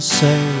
say